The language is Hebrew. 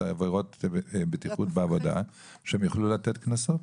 עבירות בטיחות בעבודה כי שהם יוכלו לתת קנסות.